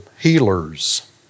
healers